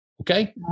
Okay